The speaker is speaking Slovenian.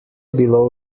bilo